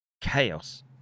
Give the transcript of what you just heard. chaos